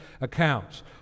accounts